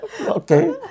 okay